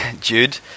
Jude